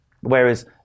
Whereas